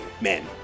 men